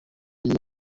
nyuma